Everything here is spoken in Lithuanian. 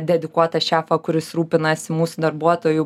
dedikuotą šefą kuris rūpinasi mūsų darbuotojų